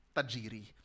Tajiri